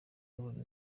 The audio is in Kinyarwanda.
yabonye